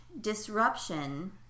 disruption